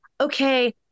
okay